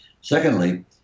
Secondly